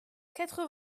quatre